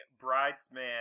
bridesman